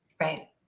Right